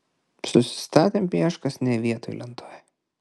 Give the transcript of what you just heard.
susistatėm pieškas ne vietoj lentoj